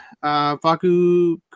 Faku